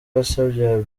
yasabye